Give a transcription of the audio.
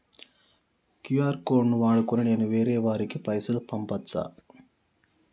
QR code ను వాడుకొని నేను వేరే వారికి పైసలు పంపచ్చా?